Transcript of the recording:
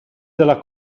della